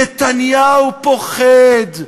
נתניהו פוחד,